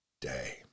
day